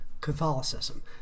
Catholicism